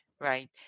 right